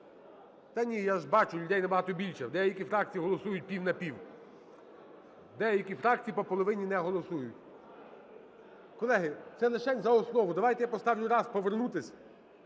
Та ні, я ж бачу, людей набагато більше. Деякі фракції голосують пів-на-пів, деякі фракції по половині не голосують. Колеги, це лишень за основу. Давайте я поставлю раз повернутися.